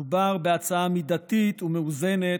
מדובר בהצעה מידתית ומאוזנת,